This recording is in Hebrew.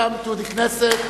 welcome to the Knesset,